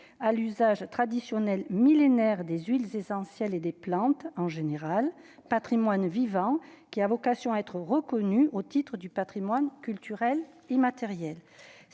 à l'usage traditionnel millénaire des huiles essentielles et des plantes en général Patrimoine vivant qui a vocation à être reconnus au titre du Patrimoine culturel immatériel